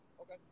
Okay